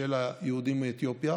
של היהודים מאתיופיה,